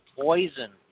poison